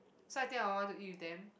so I think I want to eat with them